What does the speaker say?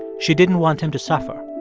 she didn't want him to suffer.